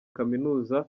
kaminuza